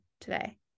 today